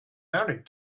married